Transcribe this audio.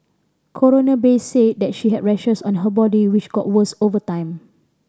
Coroner Bay said that she had rashes on her body which got worse over time